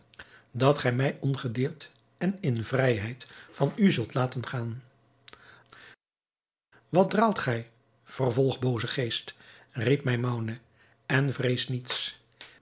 dat gij mij ongedeerd en in vrijheid van u zult laten gaan wat draalt gij vervolg booze geest riep maimoune en vrees niets